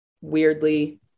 weirdly